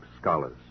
scholars